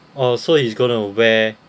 oh so he's gonna wear